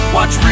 Watch